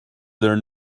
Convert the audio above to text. there